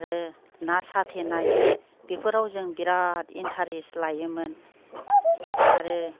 आरो ना साथेनाय बिफोराव जों बिराथ इन्टारेस्ट लायोमोन आरो